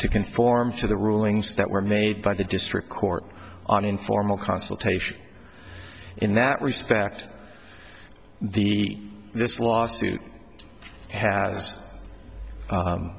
to conform to the rulings that were made by the district court on informal consultation in that respect the this laws